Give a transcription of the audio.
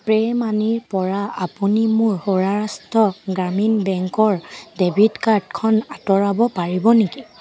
পেই মানিৰ পৰা আপুনি মোৰ সৌৰাষ্ট্ৰ গ্ৰামীণ বেংকৰ ডেবিট কাৰ্ডখন আঁতৰাব পাৰিব নেকি